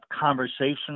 conversation